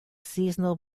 seasonal